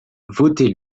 votez